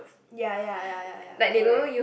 ya ya ya ya ya correct